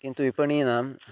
किन्तु विपण्यां